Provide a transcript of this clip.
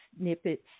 snippets